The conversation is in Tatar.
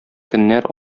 көннәр